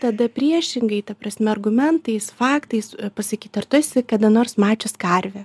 tada priešingai ta prasme argumentais faktais pasakyt ar tu esi kada nors mačius karvę